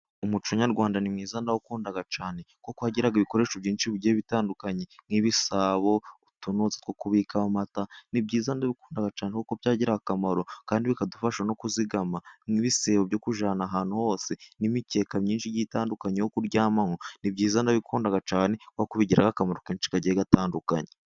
Umuco nyarwanda ni mwiza nawukunda cyane, kuko wagira ibikoresho byinshi bigiye bitandukanye nk'ibisabo, udukoresho two kubikaho amata, ni byiza ndabikunda cyane kuko byagirira akamaro, kandi bikadufasha no kuzigama nk ibisebe byo kujyana ahantu hose n'imikeka myinshi itandukanye yo kuryamamo, ni byiza nabikunda cyane, kuko bigiriraho akamaro kenshi kagiye gatandukanye.